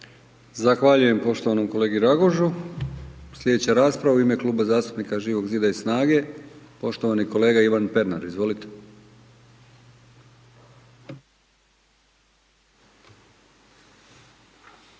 Zahvaljujem poštovanom kolegi Ragužu. Sljedeća rasprava u ime Kluba zastupnika Živog zida i SNAGA-e poštovani kolega Ivan Pernar. Izvolite.